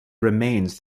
remains